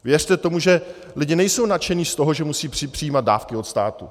Věřte tomu, že lidé nejsou nadšení z toho, že musejí přijímat dávky od státu.